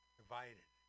divided